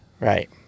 Right